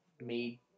made